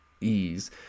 ease